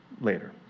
later